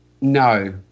no